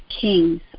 Kings